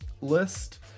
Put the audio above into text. list